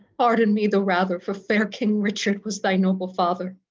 pardon me the rather, for fair king richard was thy noble father.